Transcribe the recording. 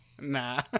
nah